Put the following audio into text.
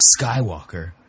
Skywalker